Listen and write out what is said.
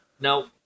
No